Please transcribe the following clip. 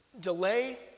delay